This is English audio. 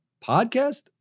podcast